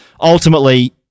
ultimately